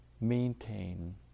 maintain